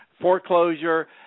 foreclosure